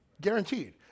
Guaranteed